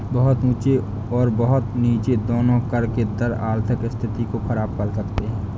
बहुत ऊँचे और बहुत नीचे दोनों कर के दर आर्थिक स्थिति को ख़राब कर सकते हैं